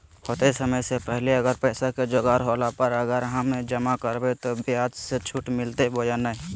होतय समय से पहले अगर पैसा के जोगाड़ होला पर, अगर हम जमा करबय तो, ब्याज मे छुट मिलते बोया नय?